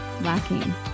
lacking